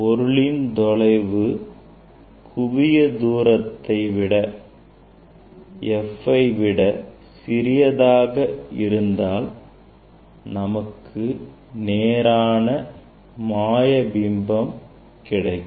பொருளின் தொலைவு குவியத்தூரத்தை f விட சிறியதாக இருந்தால் நமக்கு நேரான மாயபிம்பம் கிடைக்கும்